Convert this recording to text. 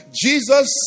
Jesus